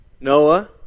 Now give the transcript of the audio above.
Noah